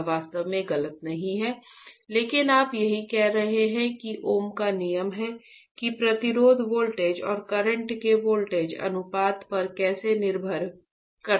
यह वास्तव में गलत नहीं है लेकिन आप यही कह रहे हैं कि ओम का नियम है कि प्रतिरोध वोल्टेज और करंट के वोल्टेज अनुपात पर कैसे निर्भर करता है